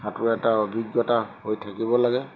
সাঁতোৰ এটা অভিজ্ঞতা হৈ থাকিব লাগে